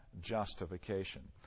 justification